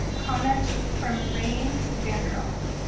comment from raine vanderoef.